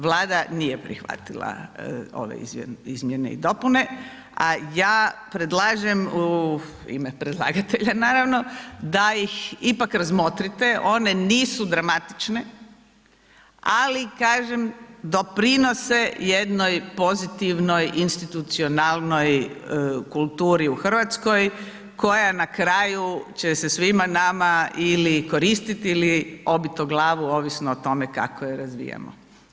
Vlada nije prihvatila ove izmjene i dopune, a ja predlažem u ime predlagatelja naravno da ih ipak razmotrite, one nisu dramatične, ali kažem doprinose jednoj pozitivnoj institucionalnoj kulturi u Hrvatskoj koja na kraju će se svima nama ili koristiti ili obiti o glavu ovisno o tome kako je razvijamo.